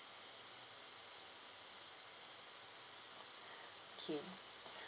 okay